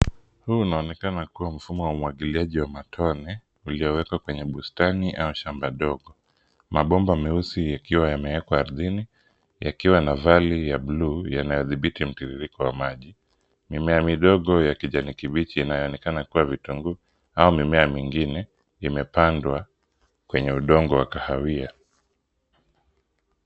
Huu u aonekane kuwa mfumo wa umwagiliaji wa matone uliowekwa kwenye bustani ama shambani ndogo. Manomba meusi akiwa yamewekwa ardhi ni akiwa na jagi la bluu linalodhibiti mtiririko wa maji mimea ya kijani kibichi yanayoonekana kuwa vitunguu au mimea mwingine ya kijani iliyopandwa kwenye udongo wa kahawia